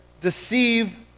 deceive